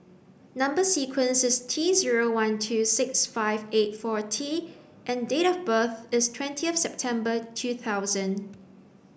number sequence is T zero one two six five eight four T and date of birth is twentieth September two thousand